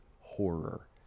horror